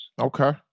Okay